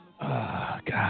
God